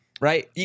Right